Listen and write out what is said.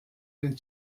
den